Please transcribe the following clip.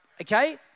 okay